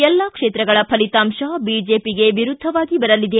ಎಲ್ಲಾ ಕ್ಷೇತ್ರಗಳ ಫಲಿತಾಂಶ ಬಿಜೆಪಿಗೆ ವಿರುದ್ಧವಾಗಿ ಬರಲಿದೆ